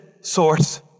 source